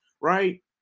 Right